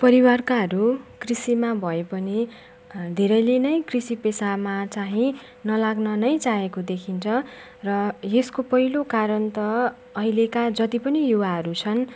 परिवारकाहरू कृषिमा भए पनि धेरैले नै कृषि पेसामा चाहे नलाग्न नै चाहेको देखिन्छ र यसको पहिलो कारण त अहिलेका जति पनि युवाहरू छन्